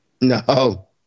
No